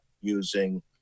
using